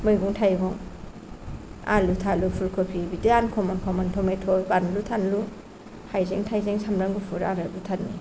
मैगं थाइगं आलु थालु फुलकपि बिदि आनकमन कमन तमेत' बानलु थानलु हायै हायजें थायजें सामब्राम गुफुर आरो भुटाननि